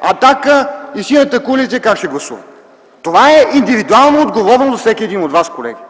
„Атака” и Синята коалиция как ще гласуват. Това е индивидуална отговорност за всеки един от вас, колеги.